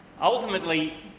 Ultimately